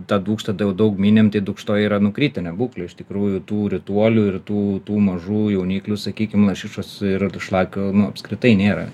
ta dūkštą tai jau daug minim tai dūkštoj yra nu kritė būklė iš tikrųjų tų rituolių ir tų tų mažų jauniklių sakykim lašišos ir šlakių nu apskritai nėra